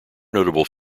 notable